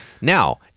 Now